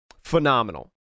phenomenal